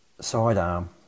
sidearm